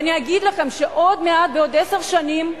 אגיד לכם שעוד מעט, בעוד עשר שנים,